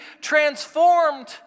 transformed